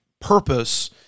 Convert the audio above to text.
purpose